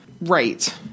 Right